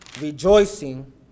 rejoicing